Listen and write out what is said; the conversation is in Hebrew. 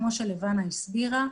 כמו שלבנה הסבירה,